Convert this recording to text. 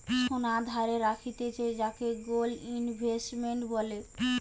সোনা ধারে রাখতিছে যাকে গোল্ড ইনভেস্টমেন্ট বলে